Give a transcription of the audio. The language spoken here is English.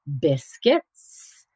biscuits